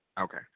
Okay